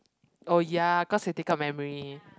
oh ya cause they take up memory